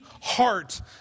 heart